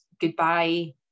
goodbye